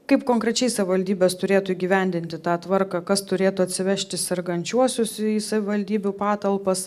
kaip konkrečiai savivaldybės turėtų įgyvendinti tą tvarką kas turėtų atsivežti sergančiuosius į savivaldybių patalpas